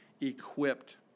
equipped